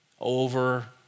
over